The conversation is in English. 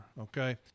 okay